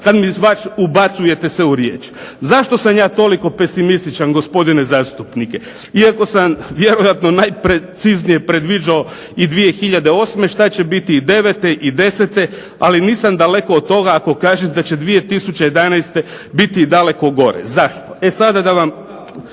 kada se ubacujete u riječ? Zašto sam ja toliko pesimističan gospodine zastupniče, iako sam vjerojatno najpreciznije predviđao i 2008. što će biti i devete i desete. Ali nisam daleko od toga ako kažem da će 2011. biti daleko gore. Zašto? Sada da ti